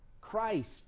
Christ